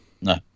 no